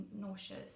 nauseous